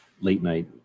late-night